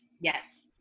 Yes